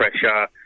pressure